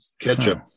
Ketchup